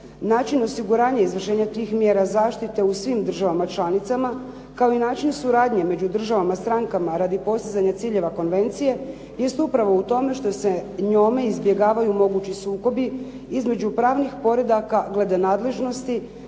način osiguranja izvršenja tih mjera zaštite u svim državama članicama kao i način suradnje među državama stankama radi postizanja ciljeva konvencije, jest upravo u tome što se njome izbjegavaju mogući sukobi između pravnih poredaka glede nadležnosti,